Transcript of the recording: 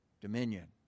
dominion